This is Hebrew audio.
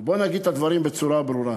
בוא נגיד את הדברים בצורה ברורה.